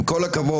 עם כל הכבוד,